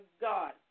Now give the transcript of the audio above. God